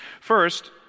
First